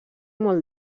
molt